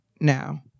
now